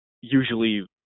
usually